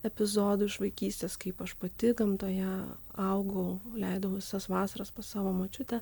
epizodų iš vaikystės kaip aš pati gamtoje augau leidau visas vasaras pas savo močiutę